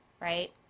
right